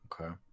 okay